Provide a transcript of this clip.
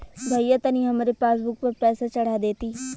भईया तनि हमरे पासबुक पर पैसा चढ़ा देती